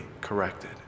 corrected